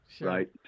Right